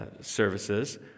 services